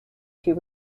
she